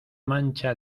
mancha